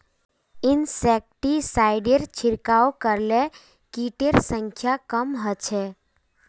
इंसेक्टिसाइडेर छिड़काव करले किटेर संख्या कम ह छ